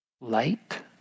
light